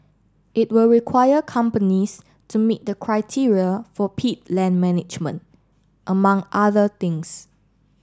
it will require companies to meet the criteria for peat land management among other things